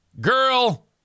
girl